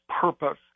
purpose